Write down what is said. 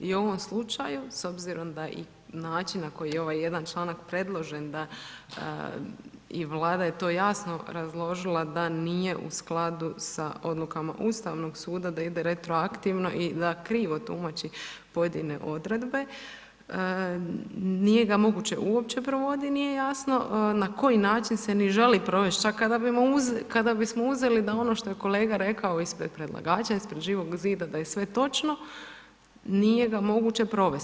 I u ovom slučaju, s obzirom da i način na koji je ovaj jedan članak predložen, da i vlada je to jasno razložila, da nije u skladu sa odlukama Ustavnog suda, da ide retroaktivno i da krivo tumači pojedine odredbe, nije ga moguće uopće provoditi, nije jasno na koji način se ne želi provesti, čak kada bismo uzeli da ono što je kolega rekao ispred predlagača, ispred Živog zida da je sve točno, nije ga moguće provesti.